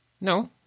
no